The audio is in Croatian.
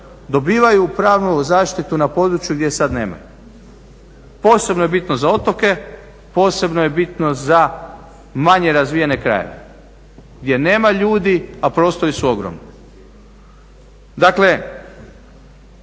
dobivaju pravnu zaštitu na području gdje je sada nemaju. Posebno je bitno za otoke, posebno je bitno za manje razvijene krajeve gdje nema ljudi a prostori su ogromni. Dakle